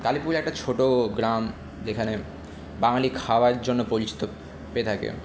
কালীপুর একটা ছোট গ্রাম যেখানে বাঙালি খাবারের জন্য পরিচিত হয়ে থাকে